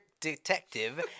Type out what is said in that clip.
detective